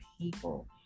people